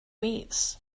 weights